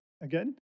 again